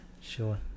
Sure